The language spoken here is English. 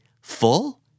Full